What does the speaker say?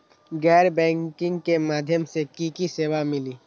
गैर बैंकिंग के माध्यम से की की सेवा मिली?